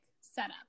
setup